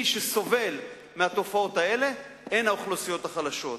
מי שסובל מהתופעות האלה זה האוכלוסיות החלשות,